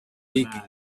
big